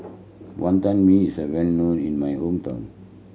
Wonton Mee is well known in my hometown